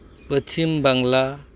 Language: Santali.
ᱯᱟᱪᱷᱤᱢ ᱵᱟᱝᱞᱟ